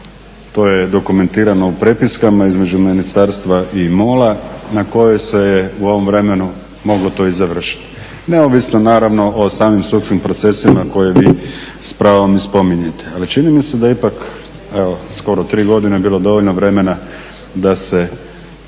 to je dokumentirano u prepiskama između Ministarstva i MOL-A na kojoj se je u ovom vremenu moglo to i završiti neovisno naravno o samim sudskim procesima koje vi s pravom i spominjete. Ali čini mi se da ipak, evo skoro 3 godine bilo dovoljno vremena da se